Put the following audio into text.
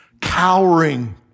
cowering